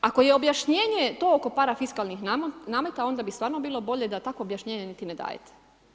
Ako je objašnjenje to oko parafiskalnih nameta onda bi stvarno bilo bolje da takvo objašnjenje niti ne dajte.